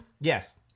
Yes